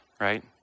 right